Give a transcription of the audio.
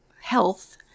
health